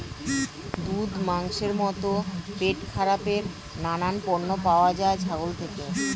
দুধ, মাংসের মতো পেটখারাপের নানান পণ্য পাওয়া যায় ছাগল থেকে